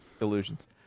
illusions